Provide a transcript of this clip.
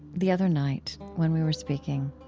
the other night when we were speaking.